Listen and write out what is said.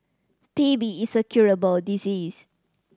T B is a curable disease